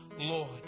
Lord